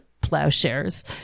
plowshares